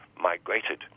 migrated